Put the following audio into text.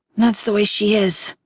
that's the way she is.